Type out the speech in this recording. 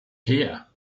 here